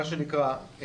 מה שנקרא,